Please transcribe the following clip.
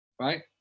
Right